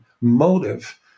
motive